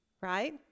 right